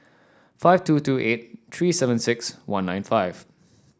five two two eight three seven six one nine five